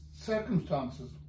circumstances